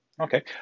okay